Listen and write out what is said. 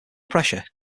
pressure